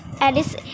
Alice